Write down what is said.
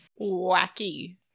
wacky